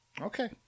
Okay